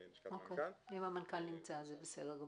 אם המנכ"ל נמצא, זה בסדר גמור.